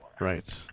Right